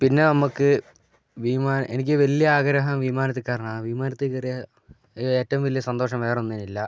പിന്നെ നമുക്ക് വിമാനം എനിക്ക് വലിയ ആഗ്രഹം വിമാനത്തിൽ കയറണമെന്നാണ് വിമാനത്തിൽ കയറിയാൽ ഏറ്റവും വലിയ സന്തോഷം വേറൊന്നുമില്ല